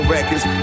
Records